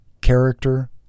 Character